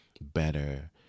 better